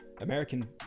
american